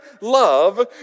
love